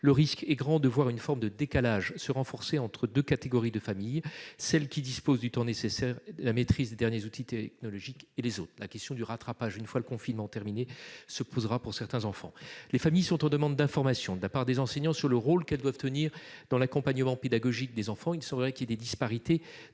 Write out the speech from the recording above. Le risque est grand de voir une forme de décalage se renforcer entre deux catégories de familles : celles qui disposent du temps nécessaire, de la maîtrise des derniers outils technologiques et les autres. La question du rattrapage, une fois le confinement terminé, se posera pour certains enfants. Les familles sont en demande d'information de la part des enseignants sur le rôle qu'elles doivent tenir dans l'accompagnement pédagogique des enfants. Il semblerait qu'il existe des disparités